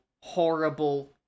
horrible